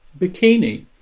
Bikini